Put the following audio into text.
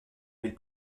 ville